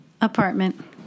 apartment